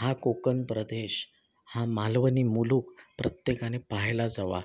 हा कोकण प्रदेश हा मालवणी मुलुख प्रत्येकाने पहायलाच हवा